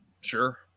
Sure